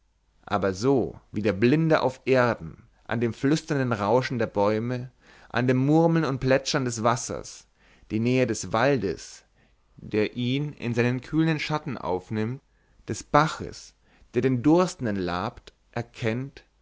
aber so wie der blinde auf erden an dem flüsternden rauschen der bäume an dem murmeln und plätschern des wassers die nähe des waldes der ihn in seinen kühlenden schatten aufnimmt des baches der den durstenden labt erkennt